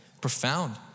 profound